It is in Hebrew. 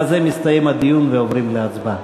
בזה מסתיים הדיון ועוברים להצבעה.